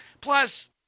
Plus